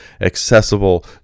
accessible